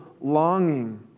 longing